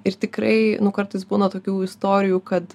ir tikrai nu kartais būna tokių istorijų kad